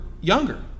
younger